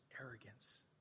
arrogance